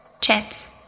Chance